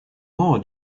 more